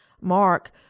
mark